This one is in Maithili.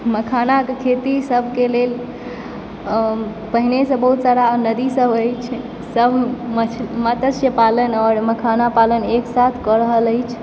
मखानाके खेती सभके लेल पहिलेसँ बहुत सारा नदीसभ अछि सभ मत्स्य पालन आओर मखाना पालन एक साथ कऽ रहल अछि